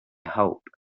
hope